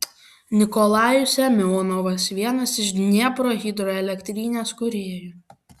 nikolajus semionovas vienas iš dniepro hidroelektrinės kūrėjų